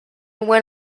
when